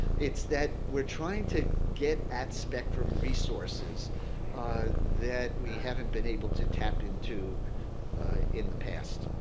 it's that we're trying to get at spectrum resources that we haven't been able to tap into in the past.